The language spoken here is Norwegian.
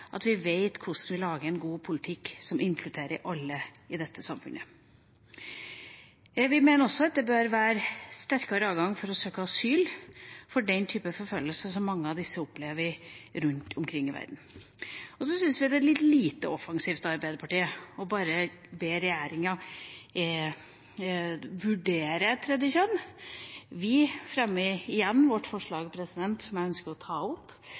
at vi vet hvordan vi lager en god politikk, som inkluderer alle i dette samfunnet. Vi mener også at det bør være sterkere adgang til å søke asyl for den type forfølgelse som mange av disse opplever rundt omkring i verden. Og så syns vi det er litt lite offensivt av Arbeiderpartiet bare å be regjeringa vurdere et tredje kjønn. Vi fremmer igjen vårt forslag, som jeg ønsker å ta opp,